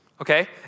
okay